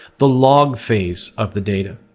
the log phase of the data.